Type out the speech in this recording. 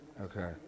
Okay